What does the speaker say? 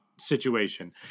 situation